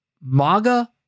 MAGA